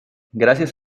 gracias